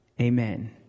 amen